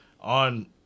on